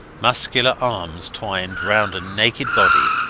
muscular arms twined round a naked body,